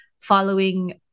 following